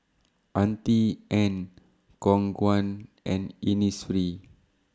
Auntie Anne's Khong Guan and Innisfree